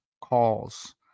calls